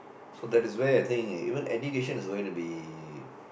so that is where I think even education is going to be